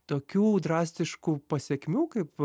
tokių drastiškų pasekmių kaip